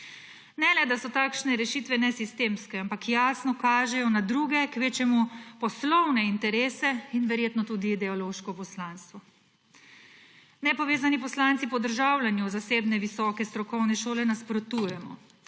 Ne le, da so takšne rešitve nesistemske, ampak jasno kažejo na druge, kvečjemu poslovne interese in verjetno tudi ideološko poslanstvo. Nepovezani poslanci podržavljanju zasebne visoke strokovne šole nasprotujemo.